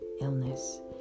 illness